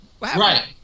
Right